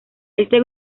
este